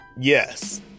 Yes